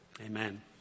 Amen